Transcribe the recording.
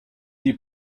die